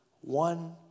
one